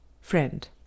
Friend